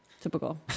typical